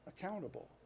accountable